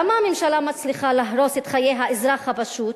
למה הממשלה מצליחה להרוס את חיי האזרח הפשוט,